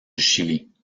chili